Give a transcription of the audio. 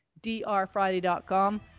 drfriday.com